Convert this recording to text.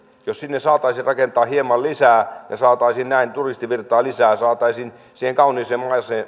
jos sinne saataisiin rakentaa hieman lisää ja saataisiin näin turistivirtaa lisää saataisiin siihen kauniiseen